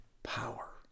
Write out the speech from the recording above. power